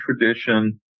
tradition